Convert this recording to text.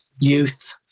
youth